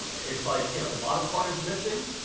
it's like you know the bottom part is missing,